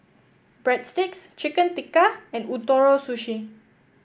Breadsticks Chicken Tikka and Ootoro Sushi